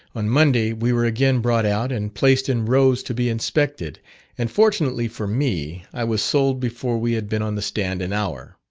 on monday we were again brought out, and placed in rows to be inspected and fortunately for me, i was sold before we had been on the stand an hour.